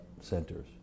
centers